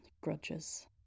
grudges